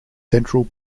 central